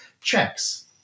checks